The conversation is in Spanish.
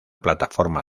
plataforma